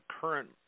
current